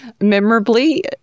Memorably